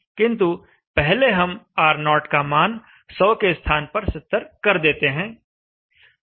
किंतु पहले हम R0 का मान 100 के स्थान पर 70 कर देते हैं